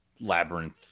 labyrinth